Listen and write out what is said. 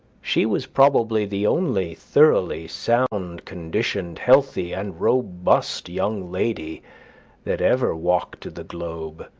she was probably the only thoroughly sound-conditioned, healthy, and robust young lady that ever walked the globe,